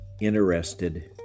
interested